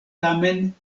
tamen